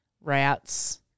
rats